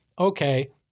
okay